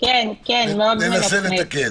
ננסה לתקן.